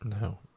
No